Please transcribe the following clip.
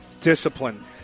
Discipline